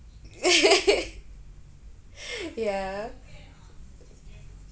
ya